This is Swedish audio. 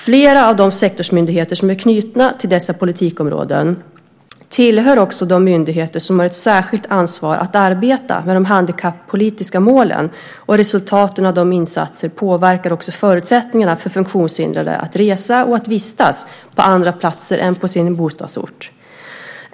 Flera av de sektorsmyndigheter som är knutna till dessa politikområden tillhör de myndigheter som har ett särskilt ansvar att arbeta med de handikappolitiska målen och resultaten av deras insatser påverkar också förutsättningarna för funktionshindrade att resa och vistas på andra platser än bostadsorten.